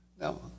No